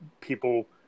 people